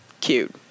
cute